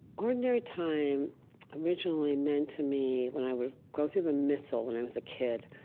ordinary time originally meant to me when i would go through the missal when i was a kid.